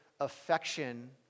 affection